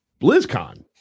BlizzCon